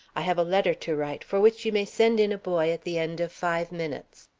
i have a letter to write, for which you may send in a boy at the end of five minutes.